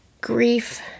grief